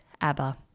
Abba